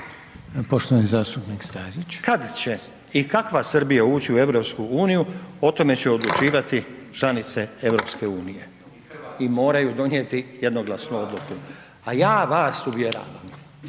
Poštovani zastupnik Stazić.